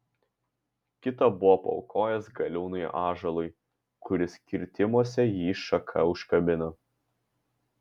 kitą buvo paaukojęs galiūnui ąžuolui kuris kirtimuose jį šaka užkabino